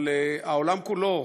אבל העולם כולו,